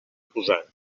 posar